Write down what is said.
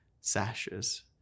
sashes